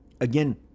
again